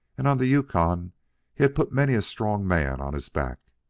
and on the yukon he had put many a strong man on his back.